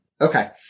Okay